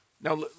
Now